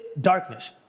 darkness